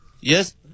Yes